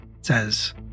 says